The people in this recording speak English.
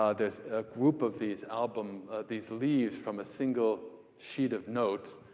ah there's a group of these album these leaves from a single sheet of notes.